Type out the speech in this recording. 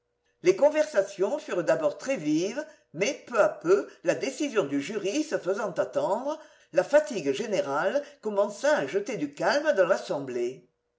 les conversations furent d'abord très vives mais peu à peu la décision du jury se faisant attendre la fatigue générale commença à jeter du calme dans l'assemblée